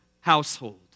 household